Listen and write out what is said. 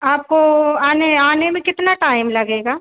आपको आने आने में कितना टाइम लगेगा